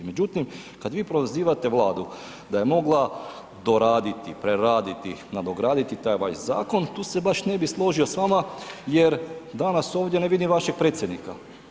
Međutim, kad i prozivate Vladu da je mogla doraditi, preraditi, nadograditi taj vaš zakon tu se baš ne bi složio s vama jer danas ovdje ne vidim vašeg predsjednika.